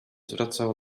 zwracał